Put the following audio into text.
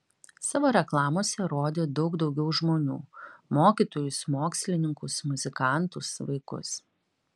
savo reklamose rodė daug daugiau žmonių mokytojus mokslininkus muzikantus vaikus